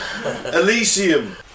Elysium